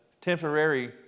temporary